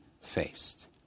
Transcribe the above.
faced